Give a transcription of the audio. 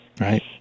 Right